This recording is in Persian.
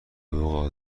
وقوع